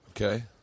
Okay